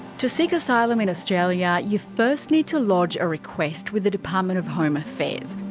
to seek asylum in australia, you first need to lodge a request with the department of home affairs.